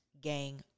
gang